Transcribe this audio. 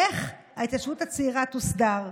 איך ההתיישבות הצעירה תוסדר.